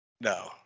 no